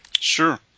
Sure